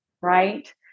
right